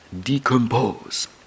decompose